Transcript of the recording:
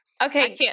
Okay